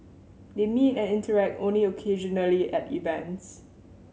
they meet and interact only occasionally at events